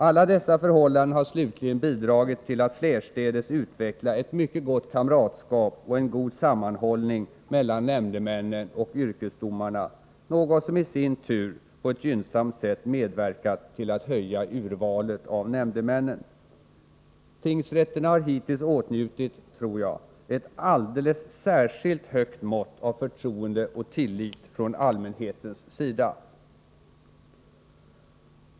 Alla dessa förhållanden har slutligen bidragit till att flerstädes utveckla ett mycket gott kamratskap och en god sammanhållning mellan nämndemännen och yrkesdomarna, något som i sin tur på ett gynnsamt sätt medverkat till att höja urvalet av nämndemännen. Tingsrätterna har hittills åtnjutit, tror jag, ett alldeles särskilt högt mått av förtroende och tillit från allmänhetens sida.